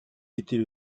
était